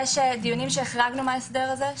דיונים שהחרגנו מההסדר הזה,